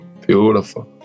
Beautiful